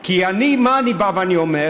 כי אני, מה אני בא ואני אומר?